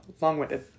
long-winded